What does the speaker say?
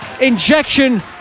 injection